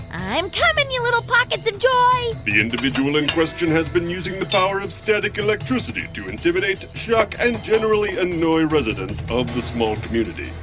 i'm coming, you little pockets of joy the individual in question has been using the power of static electricity to intimidate, shock and generally annoy residents of this small community.